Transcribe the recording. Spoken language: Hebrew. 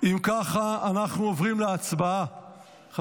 אם ככה, אנחנו עוברים להצבעה בקריאה ראשונה.